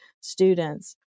students